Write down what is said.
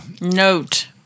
Note